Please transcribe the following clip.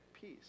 peace